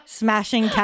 Smashing